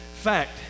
Fact